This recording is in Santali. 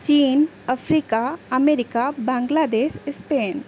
ᱪᱤᱱ ᱟᱯᱷᱨᱤᱠᱟ ᱟᱢᱮᱨᱤᱠᱟ ᱵᱟᱝᱞᱟᱫᱮᱥ ᱥᱯᱮᱱ